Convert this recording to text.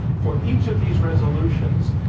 for each of these resolutions,